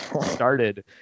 started